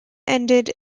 ended